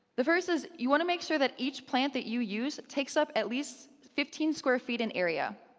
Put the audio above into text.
the first is you want to make sure that each plant that you use takes up at least fifteen square feet in area.